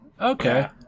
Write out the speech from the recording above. Okay